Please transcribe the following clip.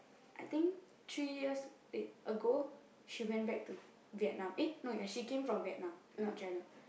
I think three years eh ago she went back to Vietnam eh no ya she came from Vietnam not China